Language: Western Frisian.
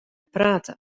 prate